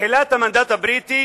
מתחילת המנדט הבריטי